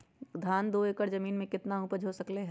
धान दो एकर जमीन में कितना उपज हो सकलेय ह?